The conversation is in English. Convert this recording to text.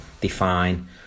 define